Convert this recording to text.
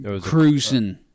cruising